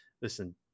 Listen